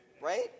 right